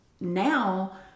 now